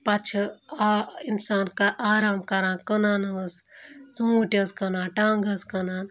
پَتہٕ چھِ آ اِنسان کَ آرام کَران کٕنان حظ ژوٗنٛٹھۍ حظ کٕنان ٹنٛگ حظ کٕنان